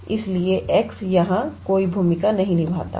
इसलिए x यहां कोई भूमिका नहीं निभाता है